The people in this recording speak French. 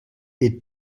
est